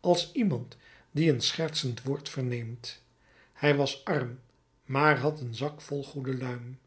als iemand die een schertsend woord verneemt hij was arm maar had een zak vol goede luim